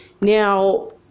now